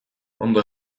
ondo